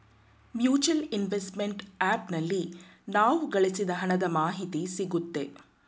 mutual investment app ನಲ್ಲಿ ನಾವು ಗಳಿಸಿದ ಹಣದ ಮಾಹಿತಿ ಸಿಗುತ್ತೆ